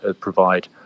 provide